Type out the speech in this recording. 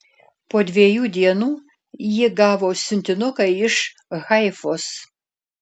po dviejų dienų ji gavo siuntinuką iš haifos